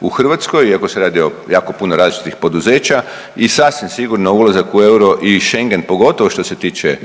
u Hrvatskoj iako se radi o jako puno različitih poduzeća i sasvim sigurno ulazak u euro i Schengen, pogotovo što se tiče